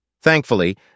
Thankfully